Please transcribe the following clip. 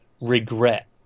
regret